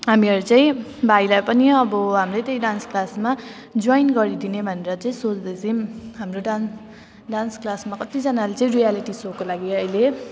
हामीहरू चाहिँ भाइलाई पनि अब हाम्रै त्यही डान्स क्लासमा जोइन गरिदिने भनेर चाहिँ सोच्दैछौँ हाम्रो डान् डान्स क्लासमा कतिजनाले चाहिँ रियालिटी सोको लागि अहिले